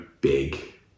big